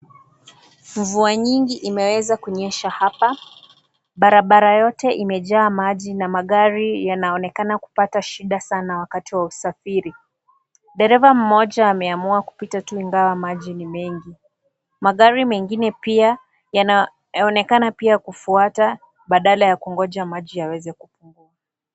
Mvua nyingi imeweza kunyesha hapa. Barabara yote imejaa maji na magari yanaonekana kupata shida sana wakati wa usafiri. Dereva mmoja ameamua kupita tu ingawa maji ni mengi. Magari mengine pia yanaonekana pia kufuata badala ya kungoja maji yaweze kupungua.